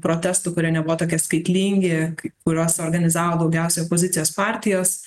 protestų kurie nebuvo tokie skaitlingi kuriuos organizavo daugiausiai opozicijos partijos